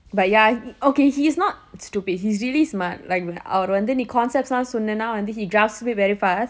but ya o~ okay he's not stupid he's really smart like அவர் வந்து நீ:avar vanthu nee concepts எல்லாம் சொன்னேன்னா:ellam sonnennaa and then he drafts very fast